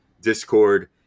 Discord